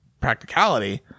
practicality